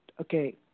okay